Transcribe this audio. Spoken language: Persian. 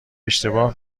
اشتباه